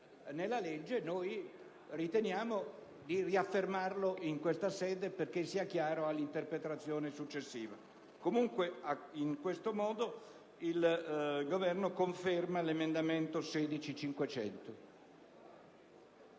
nella legge, e noi riteniamo di riaffermarlo in questa sede perché sia chiaro all'interpretazione successiva. In ogni caso, il Governo conferma l'emendamento 16.500